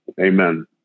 Amen